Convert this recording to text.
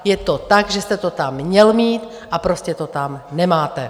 Je to tak, že jste to tam měl mít, a prostě to tam nemáte.